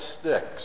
sticks